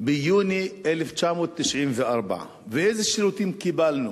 ביוני 1994 ואיזה שירותים קיבלנו